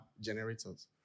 generators